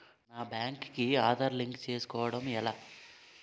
నా బ్యాంక్ కి ఆధార్ లింక్ చేసుకోవడం ఎలా?